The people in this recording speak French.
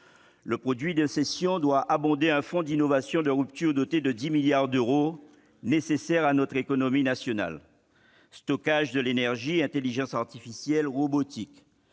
Le produit des cessions doit abonder un fonds d'innovations de rupture doté de 10 milliards d'euros, nécessaire à notre économie nationale : stockage de l'énergie, intelligence artificielle, robotique